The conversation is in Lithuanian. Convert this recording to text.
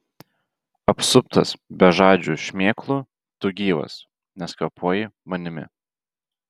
apsuptas bežadžių šmėklų tu gyvas nes kvėpuoji manimi